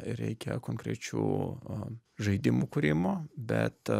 reikia konkrečių žaidimų kūrimo bet